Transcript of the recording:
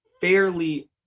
fairly